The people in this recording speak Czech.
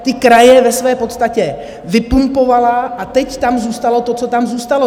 Ty kraje ve své podstatě vypumpovala a teď tam zůstalo to, co tam zůstalo.